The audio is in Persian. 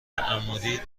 تعمدی